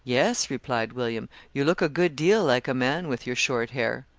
yes, replied william, you look a good deal like a man with your short hair.